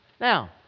Now